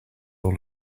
all